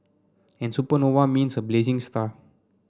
and supernova means a blazing star